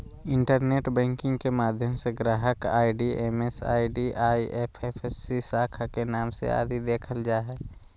internet banking के माध्यम से ग्राहक आई.डी एम.एम.आई.डी, आई.एफ.एस.सी, शाखा के नाम आदि देखल जा हय